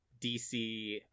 DC